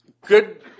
good